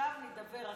עכשיו נדבר.